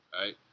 right